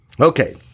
Okay